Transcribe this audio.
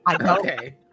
Okay